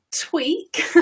tweak